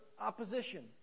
opposition